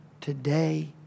today